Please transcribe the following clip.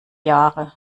jahre